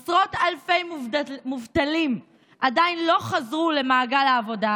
עשרות אלפי מובטלים עדיין לא חזרו למעגל העבודה,